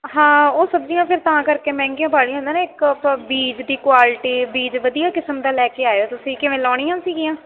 ਹਾਂ ਉਹ ਸਬਜ਼ੀਆਂ ਫਿਰ ਤਾਂ ਕਰਕੇ ਮਹਿੰਗੀਆਂ ਵਾਹਲੀਆਂ ਹੈ ਨਾ ਇੱਕ ਆਪਾਂ ਬੀਜ ਦੀ ਕੁਆਲਿਟੀ ਬੀਜ ਵਧੀਆ ਕਿਸਮ ਦਾ ਲੈ ਕੇ ਆਇਓ ਤੁਸੀਂ ਕਿਵੇਂ ਲਾਉਣੀ ਆ ਸੀਗੀਆਂ